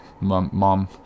mom